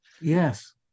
Yes